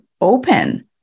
open